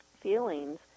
feelings